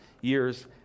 years